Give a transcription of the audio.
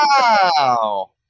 Wow